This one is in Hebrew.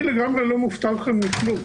אני לגמרי לא מופתע מכלום.